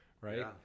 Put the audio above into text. Right